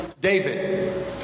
David